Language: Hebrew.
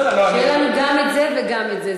שיהיה להם גם את זה וגם את זה.